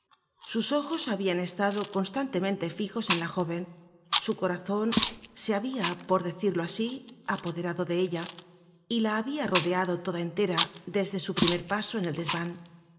sus ojos habian estado constantemente fijos en la jóven su corazon se habia por decirlo asi apoderado de ella y la habia rodeado toda entera desde su primer paso en el desvan